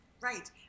right